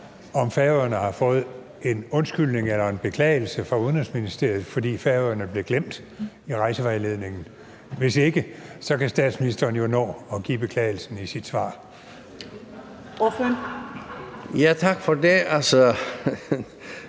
om Færøerne har fået en undskyldning eller en beklagelse fra Udenrigsministeriet, fordi Færøerne blev glemt i rejsevejledningen. Hvis ikke, kan statsministeren jo nå at give beklagelsen i sit svar. Kl. 21:20 Første